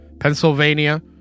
Pennsylvania